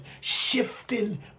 Shifting